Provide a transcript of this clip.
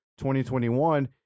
2021